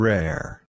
Rare